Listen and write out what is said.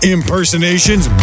Impersonations